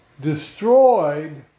destroyed